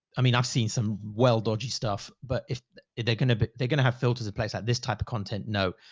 i mean, i've seen some well dodgy stuff, but if they're gonna be, they're going to have filters in place that this type of content, no,